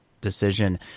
decision